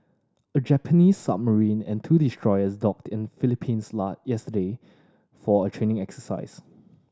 a Japanese submarine and two destroyers docked in Philippines yesterday for a training exercise